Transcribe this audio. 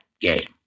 game